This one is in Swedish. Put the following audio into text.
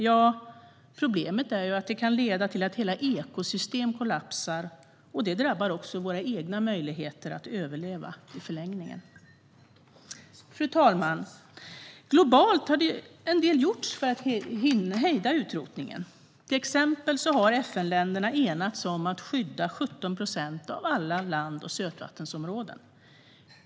Ja, problemet är att det kan leda till att hela ekosystem kollapsar, och det drabbar också våra egna möjligheter att överleva i förlängningen. Fru talman! Globalt har en del gjorts för att hejda utrotningen. Till exempel har FN-länderna enats om att skydda 17 procent av alla land och sötvattensområden.